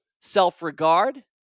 self-regard